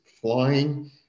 flying